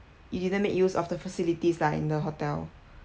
you didn't make use of the facilities lah in the hotel